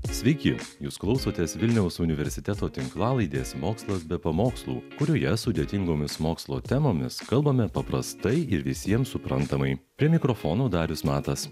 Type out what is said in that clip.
sveiki jūs klausotės vilniaus universiteto tinklalaidės mokslas be pamokslų kurioje sudėtingomis mokslo temomis kalbame paprastai ir visiems suprantamai prie mikrofono darius matas